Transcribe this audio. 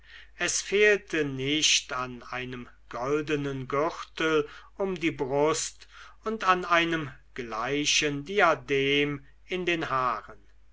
es fehlte nicht an einem goldenen gürtel um die brust und an einem gleichen diadem in den haaren